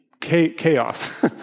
chaos